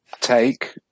take